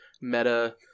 meta